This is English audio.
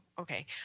Okay